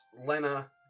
lena